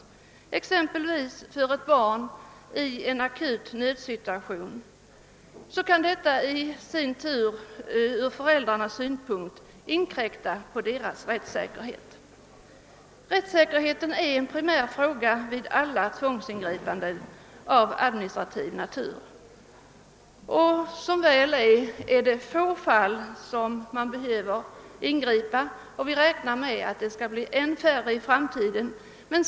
När det exempelvis gäller ett barn i en akut nödsituation kan detta i sin tur ur föräldrarnas synpunkt inkräkta på deras rättssäkerhet. Vid alla tvångsingripanden av administrativ natur är rättssäkerheten en primär fråga. Som väl är behöver man endast ingripa i få fall, och vi räknar med att antalet fall skall bli ännu färre i framtiden.